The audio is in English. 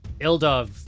Ildov